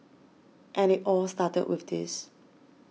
and it all started with this